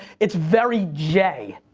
it's very jay.